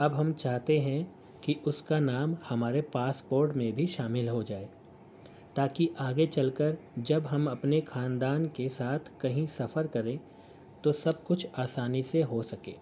اب ہم چاہتے ہیں کہ اس کا نام ہمارے پاسپورٹ میں بھی شامل ہو جائے تاکہ آگے چل کر جب ہم اپنے خاندان کے ساتھ کہیں سفر کریں تو سب کچھ آسانی سے ہو سکے